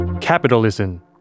Capitalism